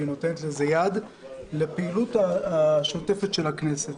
והיא נותנת יד לפעילות השוטפת של הכנסת.